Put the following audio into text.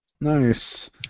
Nice